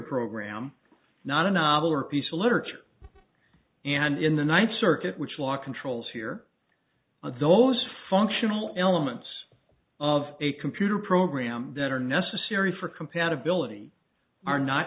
program not a novel or a piece of literature and in the ninth circuit which law controls here those functional elements of a computer program that are necessary for compatibility are not